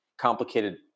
complicated